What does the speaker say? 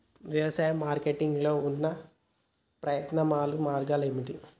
వ్యవసాయ మార్కెటింగ్ లో ఉన్న ప్రత్యామ్నాయ మార్గాలు ఏమిటి?